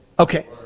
Okay